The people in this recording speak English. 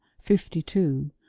fifty-two